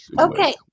Okay